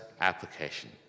application